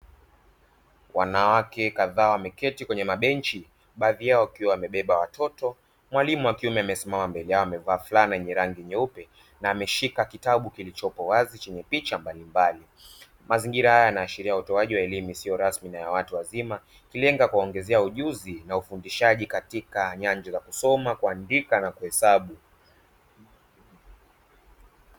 Wanawake kadhaa wameketi kwenye mabenchi baadhi yao wakiwa wamebeba watoto, mwalimu wa kiume amesimama mbele yao amevaa fulana yenye rangi nyeupe na ameshika kitabu kilichopo wazi chenye picha mbalimbali. Mazingira haya yanaashiria utoaji wa elimu isiyo rasmi na ya watu wazima ikilenga kuwaongezea ujuzi na ufundishaji katika nyanja za kusoma, kuandika na kuhesabu.